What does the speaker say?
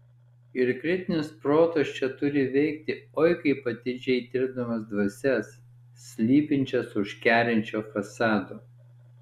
ir kritinis protas čia turi veikti oi kaip atidžiai tirdamas dvasias slypinčias už kerinčio fasado